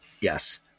Yes